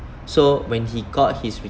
so when he got his